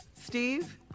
Steve